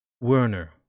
Werner